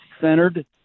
centered